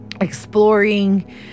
exploring